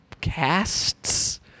casts